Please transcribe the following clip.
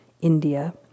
India